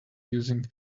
using